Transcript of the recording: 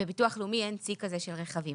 בביטוח לאומי אין צי כזה של רכבים,